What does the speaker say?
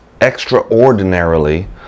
extraordinarily